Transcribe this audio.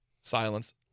Silence